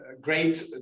great